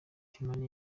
timamu